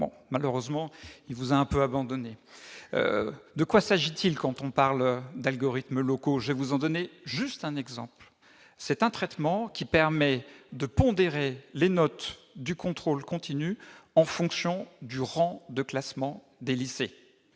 Malheureusement, il vous a un peu abandonnée ... Ensuite, de quoi parle-t-on quand on parle d'algorithmes locaux ? Je ne vous en donnerai qu'un exemple, celui du traitement permettant de pondérer les notes de contrôle continu en fonction du rang de classement des lycées.